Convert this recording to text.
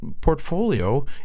portfolio